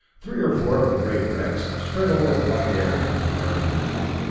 three or four of the great wrecks, spread over a wide area, were burning now,